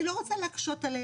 אני לא רוצה להקשות עליהם,